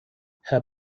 herr